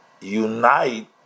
unite